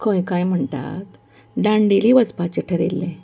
खंय कांय म्हणटात दांडेली वचपाचें थारयिल्लें